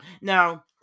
Now